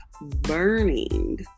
burning